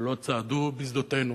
שלא צעדו בשדותינו,